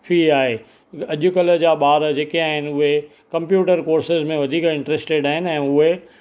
fee आहे अॼुकल्ह जा ॿार जेके आहिनि उहे कंप्यूटर कोर्सिस में वधीक इंट्र्स्टिड आहिनि ऐं उहे